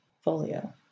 Folio